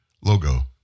logo